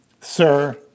sir